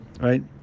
right